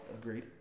Agreed